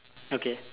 okay